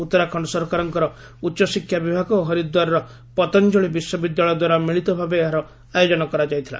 ଉତ୍ତରାଖଣ୍ଡ ସରକାରଙ୍କ ଉଚ୍ଚଶିକ୍ଷା ବିଭାଗ ଓ ହରିଦ୍ୱାରର ପତଞ୍ଜଳି ବିଶ୍ୱବିଦ୍ୟାଳୟ ଦ୍ୱାରା ମିଳିତ ଭାବେ ଏହାର ଆୟୋଜନ କରାଯାଇଥିଲା